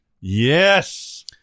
Yes